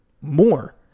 more